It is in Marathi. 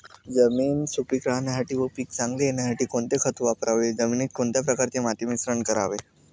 जमीन सुपिक राहण्यासाठी व पीक चांगले येण्यासाठी कोणते खत वापरावे? जमिनीत कोणत्या प्रकारचे माती मिश्रण करावे?